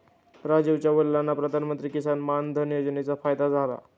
राजीवच्या वडिलांना प्रधानमंत्री किसान मान धन योजनेचा फायदा झाला